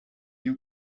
new